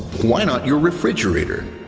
why not your refrigerator?